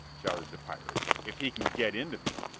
shouted the pirate, if he can get in to me,